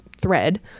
thread